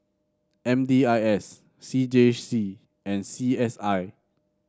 M D I S C J C and C S I